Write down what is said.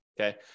okay